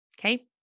okay